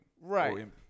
Right